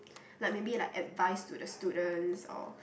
like maybe like advice to the students or